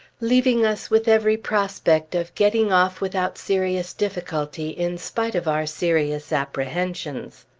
leaving us with every prospect of getting off without serious difficulty, in spite of our serious apprehensions.